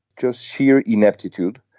just sheer ineptitude.